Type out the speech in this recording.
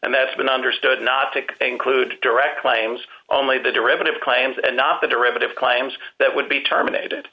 and that's been understood not take include direct claims only the derivative claims and not the derivative claims that would be terminated